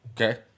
Okay